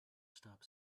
stop